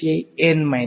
વિદ્યાર્થી N 1